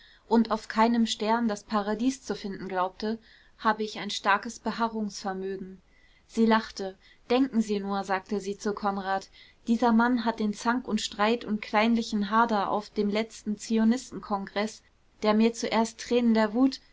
und auf keinem stern das paradies zu finden glaubte habe ich ein starkes beharrungsvermögen sie lachte denken sie nur sagte sie zu konrad dieser mann hat den zank und streit und kleinlichen hader auf dem letzten zionistenkongreß der mir zuerst tränen der wut